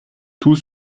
tous